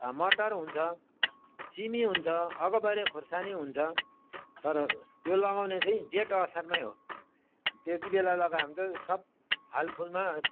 मटर हुन्छ सिमी हुन्छ अकबरे खोर्सानी हुन्छ तर त्यो लगाउने चाहिँ जेठ असारमै हो त्यति बेला लगायो भने चाहिँ सब फल फुलमा